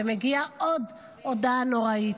ומגיעה עוד הודעה נוראית.